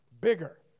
bigger